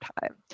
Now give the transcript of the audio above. time